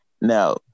Now